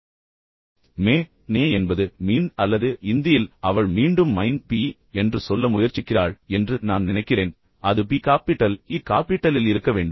ME NE என்பது மீண் அல்லது இந்தியில் அவள் மீண்டும் மைன் BE என்று சொல்ல முயற்சிக்கிறாள் என்று நான் நினைக்கிறேன் அது B காப்பிட்டல் E காபிட்டலில் இருக்க வேண்டும்